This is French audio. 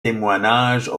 témoignages